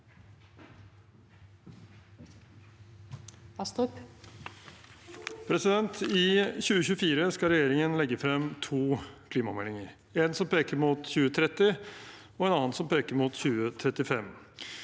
I 2024 skal regjering- en legge frem to klimameldinger, en som peker mot 2030, og en annen som peker mot 2035.